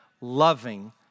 loving